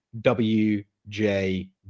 wj